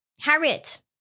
Harriet